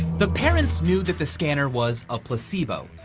the parents knew that the scanner was a placebo.